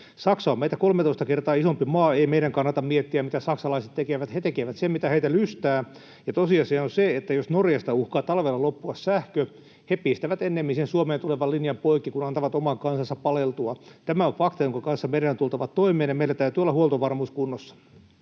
Saksa on meitä 13 kertaa isompi maa — ei meidän kannata miettiä, mitä saksalaiset tekevät. He tekevät sen, mikä heitä lystää, ja tosiasia on se, että jos Norjasta uhkaa talvella loppua sähkö, he pistävät ennemmin Suomeen tulevan linjan poikki kuin antavat oman kansansa paleltua. Tämä on fakta, jonka kanssa meidän on tultava toimeen, ja meillä täytyy olla huoltovarmuus kunnossa.